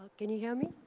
can you hear me?